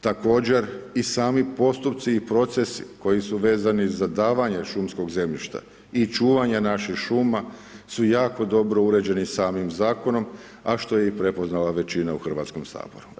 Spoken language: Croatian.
Također i sami postupci i procesi koji su vezani za davanje šumskog zemljišta, i čuvanja naših šuma, su jako dobro uređeni samim Zakonom, a što je i prepoznala većina u Hrvatskom saboru.